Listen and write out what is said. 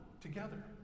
together